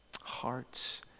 Hearts